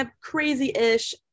crazy-ish